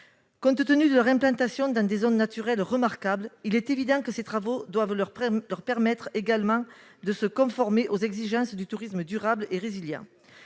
Compte tenu de leur implantation dans des zones naturelles remarquables, il est évident que ces travaux doivent leur permettre de se conformer aux exigences du tourisme durable et résilient.